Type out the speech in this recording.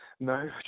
No